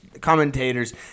commentators